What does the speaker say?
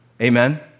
Amen